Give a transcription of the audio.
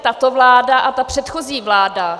tato vláda a ta předchozí vláda...